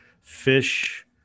fish